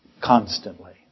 constantly